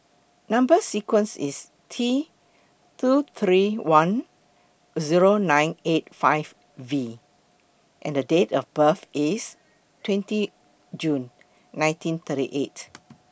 Number sequence IS T two three one Zero nine eight five V and Date of birth IS twenty June nineteen thirty eight